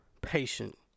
patient